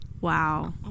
Wow